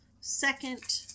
second